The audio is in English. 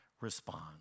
respond